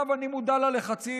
אני מודע ללחצים,